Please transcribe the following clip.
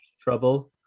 trouble